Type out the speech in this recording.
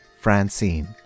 Francine